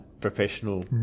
professional